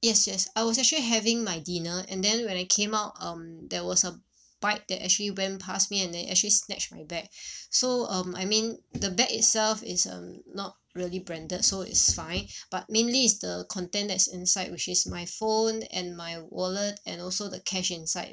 yes yes I was actually having my dinner and then when I came out out um there was a bike that actually went past me and then actually snatched my bag so um I mean the bag itself is um not really branded so it's fine but mainly it's the content that's inside which is my phone and my wallet and also the cash inside